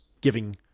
giving